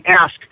ask